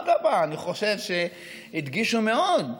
אדרבה, אני חושב שהדגישו מאוד,